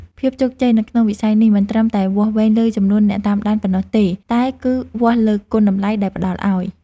ភាពជោគជ័យនៅក្នុងវិស័យនេះមិនត្រឹមតែវាស់វែងលើចំនួនអ្នកតាមដានប៉ុណ្ណោះទេតែគឺវាស់លើគុណតម្លៃដែលផ្ដល់ឱ្យ។